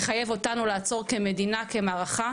מחייב אותנו לעצור כמדינה כמערכה,